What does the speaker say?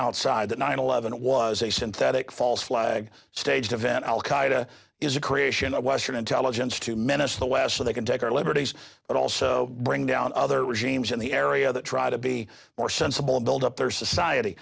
outside that nine eleven was a synthetic false flag staged event al qaeda is a creation of western intelligence to menace the west so they can take our liberties but also bring down other regimes in the area that try to be more sensible and build up their society